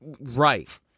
Right